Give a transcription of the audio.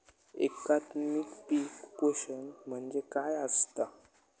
एकात्मिक पीक पोषण म्हणजे काय असतां?